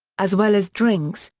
as well as drinks,